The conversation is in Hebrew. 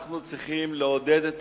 אנחנו צריכים לעודד את